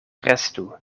restu